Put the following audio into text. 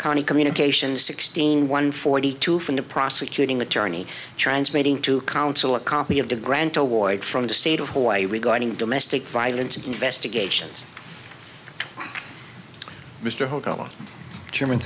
conny communications sixteen one forty two from the prosecuting attorney transmitting to counsel a copy of the grant award from the state of hawaii regarding domestic violence investigations mr ho